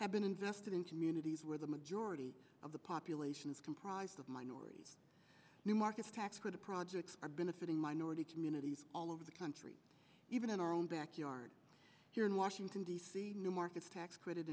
have been invested in communities where the majority of the population is comprised of minorities new markets tax credit projects are benefiting minority communities all over the country even in our own backyard here in washington d c new markets tax credit